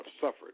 suffered